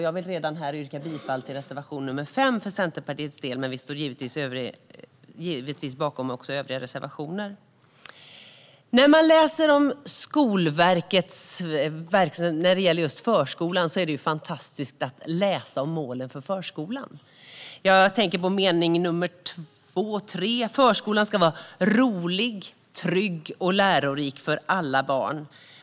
Jag vill redan här yrka bifall till reservation nr 5 för Centerpartiets del, men vi står givetvis bakom också våra övriga reservationer. När man läser vad Skolverket skriver om verksamheten är det fantastisk läsning när det gäller just målen för förskolan. Jag tänker på den andra och tredje meningen: Förskolan ska vara rolig, trygg och lärorik för alla barn.